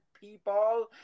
People